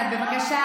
תאהבי.